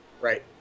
Right